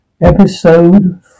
Episode